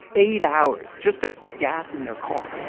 eight hours just to put gas in their car